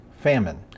Famine